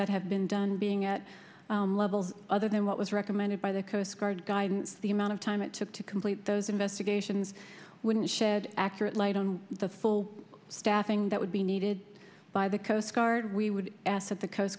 that have been done being at levels other than what was recommended by the coast guard guidance the amount of time it took to complete those investigations wouldn't shed accurate light on the full staffing that would be needed by the coast guard we would ask that the coast